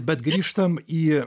bet grįžtam į